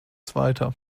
zweiter